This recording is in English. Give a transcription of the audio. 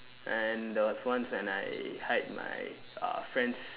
and there was once I hide my uh friend's